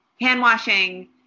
hand-washing